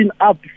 up